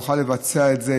תוכל לבצע אותו,